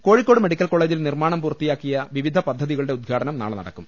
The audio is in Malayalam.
കോഴിക്കോട് മെഡിക്കൽ കോളജിൽ നിർമാണം പൂർത്തിയാക്കിയു വിവിധ പദ്ധതികളുടെ ഉദ്ഘാടനം നാളെ നടക്കും